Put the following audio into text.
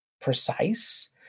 precise